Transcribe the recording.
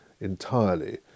entirely